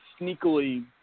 sneakily